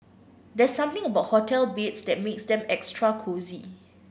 there's something about hotel beds that makes them extra cosy